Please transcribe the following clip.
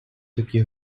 такі